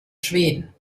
schweden